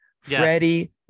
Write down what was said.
Freddie